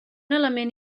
element